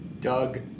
Doug